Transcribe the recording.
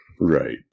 Right